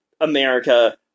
America